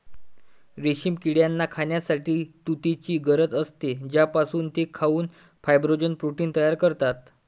रेशीम किड्यांना खाण्यासाठी तुतीची गरज असते, ज्यापासून ते खाऊन फायब्रोइन प्रोटीन तयार करतात